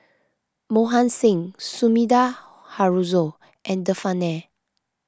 Mohan Singh Sumida Haruzo and Devan Nair